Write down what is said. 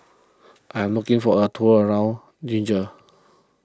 I am looking for a tour around Niger